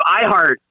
iHeart